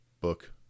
book